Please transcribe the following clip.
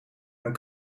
een